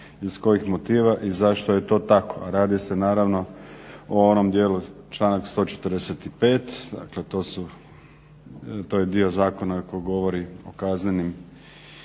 iz kojeg motiva i zašto to je tako. Radi se naravno u onom dijelu članak 145 dakle to je dio zakona koji govori o kaznenim